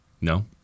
No